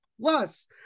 plus